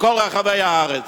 בכל רחבי הארץ.